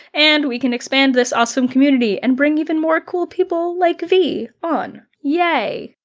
and we can expand this awesome community and bring even more cool people like v on. yay.